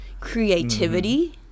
creativity